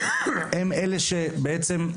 הם אלה שבעצם,